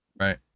right